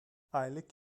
aylık